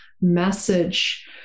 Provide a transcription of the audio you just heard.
message